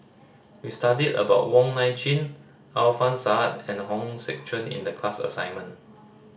we studied about Wong Nai Chin Alfian Sa'at and Hong Sek Chern in the class assignment